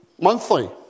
monthly